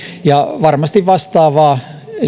ja varmasti vastaavaa